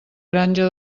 granja